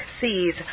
sees